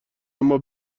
اما